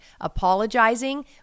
Apologizing